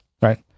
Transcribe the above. right